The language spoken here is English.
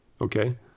okay